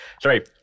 Sorry